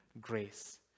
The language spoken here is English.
grace